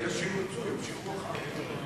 ואלה שירצו ימשיכו אחר כך.